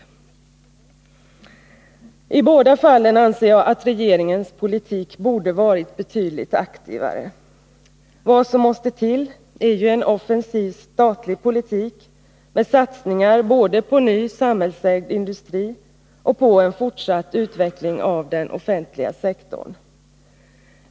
I båda fallen anser jag att regeringens politik borde ha varit betydligt aktivare. Vad som måste till är ju en offensiv statlig politik med satsningar både på ny samhällsägd industri och på en fortsatt utveckling av den offentliga sektorn.